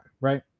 right